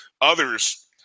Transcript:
others